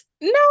No